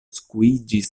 skuiĝis